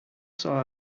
saw